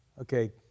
Okay